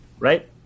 Right